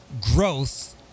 growth